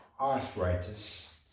arthritis